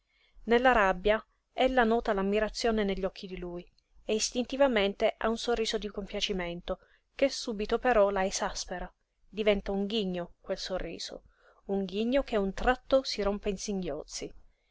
nella rabbia ella nota l'ammirazione negli occhi di lui e istintivamente ha un sorriso di compiacimento che subito però la esaspera diventa ghigno quel sorriso un ghigno che a un tratto si rompe in singhiozzi